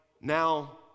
now